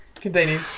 continue